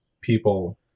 people